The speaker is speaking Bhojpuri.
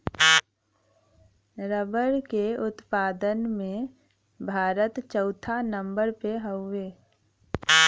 रबड़ के उत्पादन में भारत चउथा नंबर पे हउवे